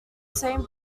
same